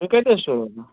تُہۍ کَتہِ حظ چھِو روزان